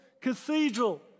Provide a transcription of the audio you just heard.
Cathedral